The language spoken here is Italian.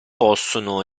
possono